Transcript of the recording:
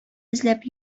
эзләп